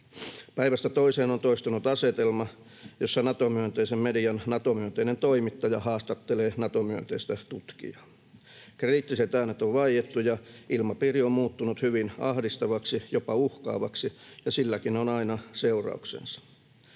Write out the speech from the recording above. Päivästä toiseen on toistunut asetelma, jossa Nato-myönteisen median Nato-myönteinen toimittaja haastattelee Nato-myönteistä tutkijaa. Kriittiset äänet on vaiettu ja ilmapiiri on muuttunut hyvin ahdistavaksi, jopa uhkaavaksi, ja silläkin on aina seurauksensa.